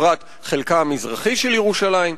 בפרט חלקה המזרחי של ירושלים.